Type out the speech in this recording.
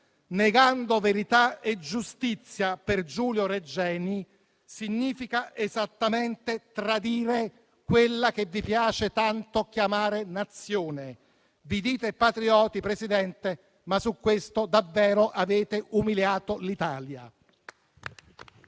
negando verità e giustizia per Giulio Regeni, significa esattamente tradire quella che vi piace tanto chiamare Nazione: vi dite patrioti, signora Presidente del Consiglio, ma su questo davvero avete umiliato l'Italia.